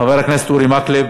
חבר הכנסת אורי מקלב,